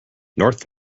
north